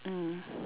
mm